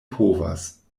povas